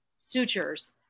sutures